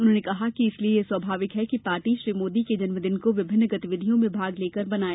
उन्होंने कहा कि इसलिए यह स्वाभाविक है कि पार्टी श्री मोदी के जन्मदिन को विभिन्न गतिविधियों में भाग लेकर मनाए